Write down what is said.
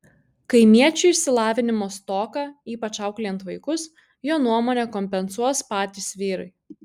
kaimiečių išsilavinimo stoką ypač auklėjant vaikus jo nuomone kompensuos patys vyrai